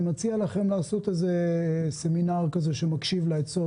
אני מציע לכם לעשות סמינר שמקשיב לעצות,